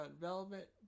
Velvet